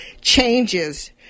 changes